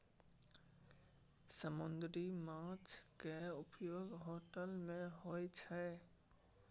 समुन्दरी माछ केँ उपयोग होटल मे होइ छै